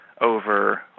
over